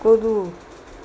કૂદવું